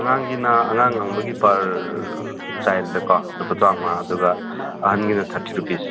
ꯑꯉꯥꯡꯒꯤꯅ ꯑꯉꯥꯡ ꯑꯃꯒꯤ ꯄꯔ ꯆꯥꯏꯜꯗꯀꯣ ꯂꯨꯄꯥ ꯇꯔꯥꯃꯉꯥ ꯑꯗꯨꯒ ꯑꯍꯜꯒꯤꯅ ꯊꯥꯔꯇꯤ ꯔꯨꯄꯤꯁ